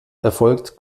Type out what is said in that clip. erfolgt